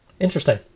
Interesting